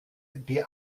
die